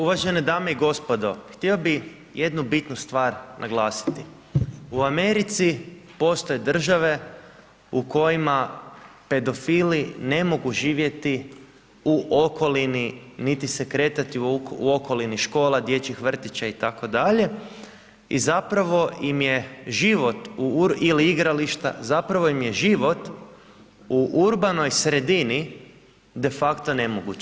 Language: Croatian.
Uvažene dame i gospodo, htio bih jednu bitnu stvar naglasiti, u Americi postoje države u kojima pedofili ne mogu živjeti u okolini, niti se kretati u okolini škola, dječjih vrtića itd., i zapravo im je život, ili igrališta, zapravo im je život u urbanoj sredini de facto nemoguć.